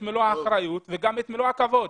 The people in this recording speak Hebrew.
את מלוא האחריות וגם לא את מלוא הכבוד.